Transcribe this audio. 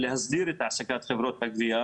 עדיין, יש להסדיר את העסקת חברות הגבייה